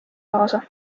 kaasa